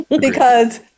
because-